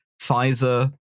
Pfizer